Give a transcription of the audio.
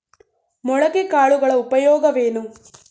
ಮೊಳಕೆ ಕಾಳುಗಳ ಉಪಯೋಗವೇನು?